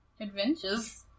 Adventures